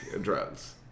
drugs